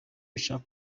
bishaka